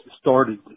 started